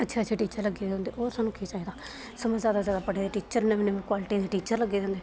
अच्छे अच्छे टीचर लग्गे दे होंदे साह्नूं होर केह् चाहिदा जैदा जैदा पढ़े दे टीचर नमें नमें कोआल्टियें दे टीचर लग्गे दे होंदे